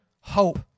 Hope